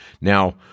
Now